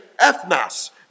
ethnos